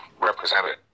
represented